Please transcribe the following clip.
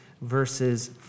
verses